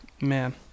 man